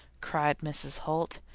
cried mrs. holt.